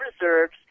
reserves